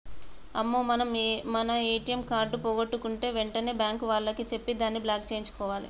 అమ్మో మనం మన ఏటీఎం కార్డు పోగొట్టుకుంటే వెంటనే బ్యాంకు వాళ్లకి చెప్పి దాన్ని బ్లాక్ సేయించుకోవాలి